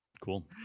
Cool